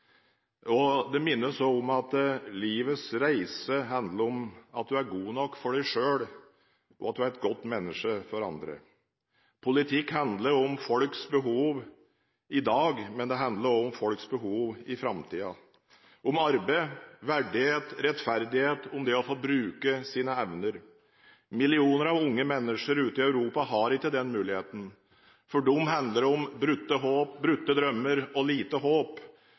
og det minner oss også om at livets reise handler om at du er god nok for deg selv, og at du er et godt menneske for andre. Politikk handler om folks behov i dag, men det handler også om folks behov i framtiden, om arbeid, verdighet, rettferdighet, om det å få bruke sine evner. Millioner av unge mennesker ute i Europa har ikke den muligheten. For dem handler det om brutte håp, brutte drømmer og lite håp,